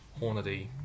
Hornady